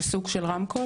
זה סוג של רמקול?